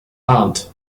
aunt